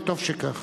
וטוב שכך.